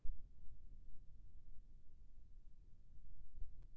धान के खेती म फिलफिली उड़े के का कारण हे?